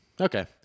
Okay